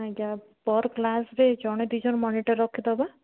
ଆଜ୍ଞା ପର୍ କ୍ଲାସ୍ରେ ଜଣେ ଦୁଇଜଣ ମନିଟର୍ ରଖିଦେବା